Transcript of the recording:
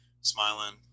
smiling